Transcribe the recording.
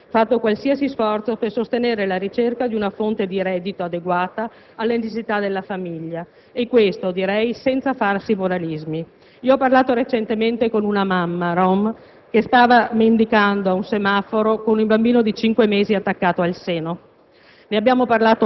ma va, semmai, fatto qualsiasi sforzo per sostenere la ricerca di una fonte di reddito adeguata alle necessità della famiglia e questo, direi, senza falsi moralismi. Ho parlato recentemente con una mamma rom che stava mendicando ad un semaforo con un bambino di cinque mesi attaccato al seno;